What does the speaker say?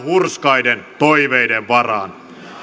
hurskaiden toiveiden varaan